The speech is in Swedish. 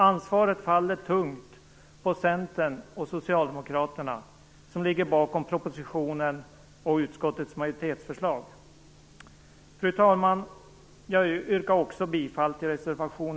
Ansvaret faller tungt på Centern och Socialdemokraterna, som ligger bakom propositionen och utskottets majoritetsförslag. Fru talman! Jag yrkar också bifall till reservation